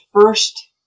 first